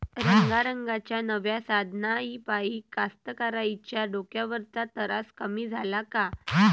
रंगारंगाच्या नव्या साधनाइपाई कास्तकाराइच्या डोक्यावरचा तरास कमी झाला का?